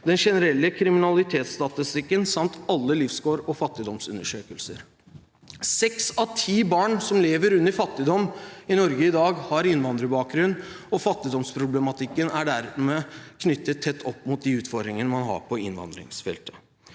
den generelle kriminalitetsstatistikken samt alle levekårs- og fattigdomsundersøkelser. Seks av ti barn som lever i fattigdom i Norge i dag, har innvandrerbakgrunn. Fattigdomsproblematikken er dermed knyttet tett opp mot de utfordringene man har på innvandringsfeltet.